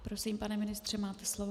Prosím, pane ministře, máte slovo.